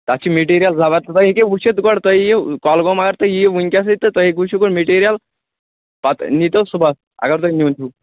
تَتھ چھ میٹیٖریل زبردست ییٚلہِ تُہۍ وٕچھِو گۄڈٕ تُہۍ ییٖیِو کۄلگوم اگر تُہۍ ییٖیِو ؤنکٮ۪سٕے تہٕ تُہۍ ہیکِو وٕچھِتھ میٹیٖریل پتہٕ نیٖتَو صُبحَس اگر تۄہہِ نیُن چھُو